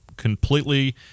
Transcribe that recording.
completely